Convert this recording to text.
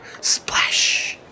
Splash